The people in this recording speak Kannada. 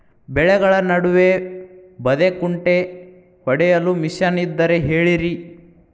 ಬೆಳೆಗಳ ನಡುವೆ ಬದೆಕುಂಟೆ ಹೊಡೆಯಲು ಮಿಷನ್ ಇದ್ದರೆ ಹೇಳಿರಿ